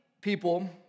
people